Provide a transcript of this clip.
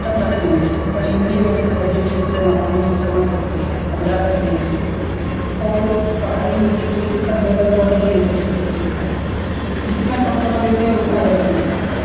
tough लगते हैं मुझको पर हिन्दी एक ऐसी सब्जेक्ट है जिसे हम आसानी से समझ सकते हैं समझा सकते हैं किसी को और पढ़ाई में भी कोई इसका बहुत ज़्यादा बर्डन नही होता इस सब्जेक्ट को लेकर जितना कम समय देते हैं उतना ही ज़्यादा समझ में आता है